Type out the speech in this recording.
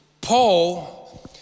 Paul